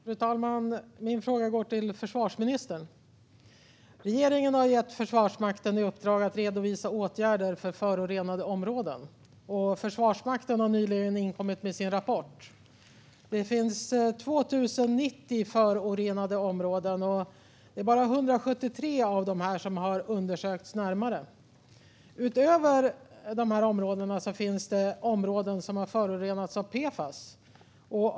Fru talman! Min fråga går till försvarsministern. Regeringen har gett Försvarsmakten i uppdrag att redovisa åtgärder för förorenade områden. Försvarsmakten har nyligen inkommit med sin rapport. Det finns 2 090 förorenade områden, men det är bara 173 av dem som har undersökts närmare. Utöver dessa områden finns det områden som har förorenats av PFAS.